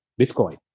Bitcoin